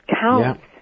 counts